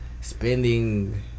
spending